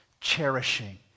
cherishing